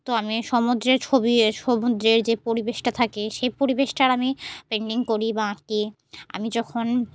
তো আমি সমুদ্রের ছবি সমুদ্রের যে পরিবেশটা থাকে সেই পরিবেশটার আমি পেন্টিং করি বা আঁকি আমি যখন